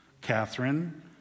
Catherine